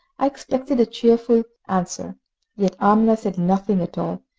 i expected a cheerful answer yet amina said nothing at all,